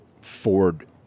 Ford